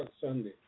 Sunday